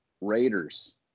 Raiders